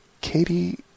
Katie